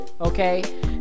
Okay